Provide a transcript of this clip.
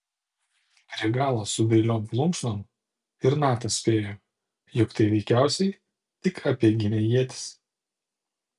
prie galo su dailiom plunksnom ir natas spėjo jog tai veikiausiai tik apeiginė ietis